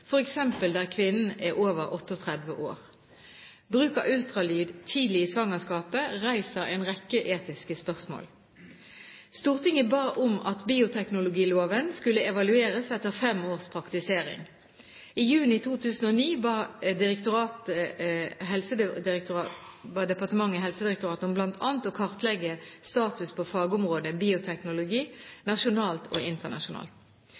der kvinnen er over 38 år. Bruk av ultralyd tidlig i svangerskapet reiser en rekke etiske spørsmål. Stortinget ba om at bioteknologiloven skulle evalueres etter fem års praktisering. I juni 2009 ba departementet Helsedirektoratet om bl.a. å kartlegge status på fagområdet bioteknologi – nasjonalt og internasjonalt.